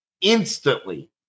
instantly